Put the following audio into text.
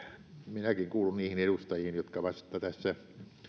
minäkin kuulun niihin edustajiin jotka vasta tässä